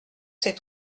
ces